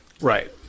Right